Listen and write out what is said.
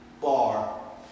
Bar